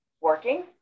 working